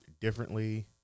differently